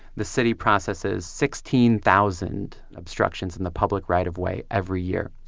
the city processes sixteen thousand obstructions in the public right of way every year.